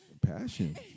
Passion